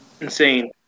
insane